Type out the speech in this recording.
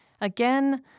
Again